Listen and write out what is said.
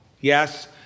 Yes